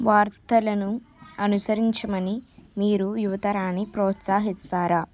వార్తలను అనుసరించమని మీరు యువతరాన్ని ప్రోత్సహిస్తారా